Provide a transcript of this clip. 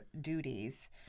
duties –